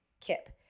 kip